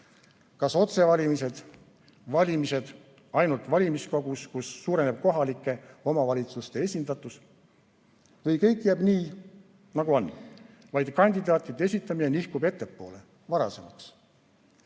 Kas otsevalimised, valimised ainult valimiskogus, kus suureneb kohalike omavalitsuste esindatus, või kõik jääb nii, nagu on, vaid kandidaatide esitamine nihkub ettepoole, varasemaks?